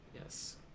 Yes